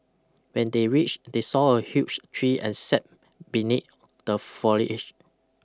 when they reached they saw a huge tree and sat beneath the foliage